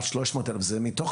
מתוך